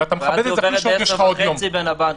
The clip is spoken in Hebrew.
ואז היא עוברת ב-22:30 בין הבנקים.